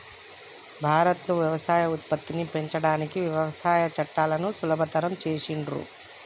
భారత్ లో వ్యవసాయ ఉత్పత్తిని పెంచడానికి వ్యవసాయ చట్టాలను సులభతరం చేసిండ్లు